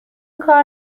کار